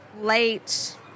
late